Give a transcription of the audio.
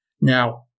Now